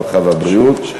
הרווחה והבריאות.